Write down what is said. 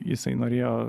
jisai norėjo